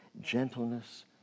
gentleness